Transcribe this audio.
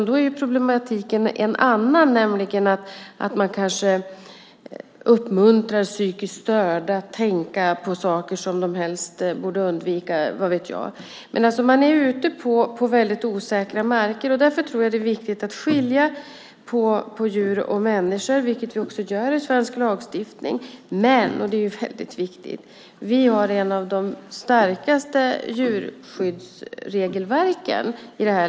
Då är problematiken en annan, nämligen att man kanske uppmuntrar psykiskt störda att tänka på saker som de helst borde undvika - vad vet jag? Man är alltså ute på väldigt osäkra marker. Därför tror jag att det är viktigt att skilja på djur och människor, vilket vi också gör i svensk lagstiftning. I det här landet - och detta är väldigt viktigt - har vi ett av de starkaste djurskyddsregelverken.